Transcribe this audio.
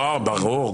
ברור.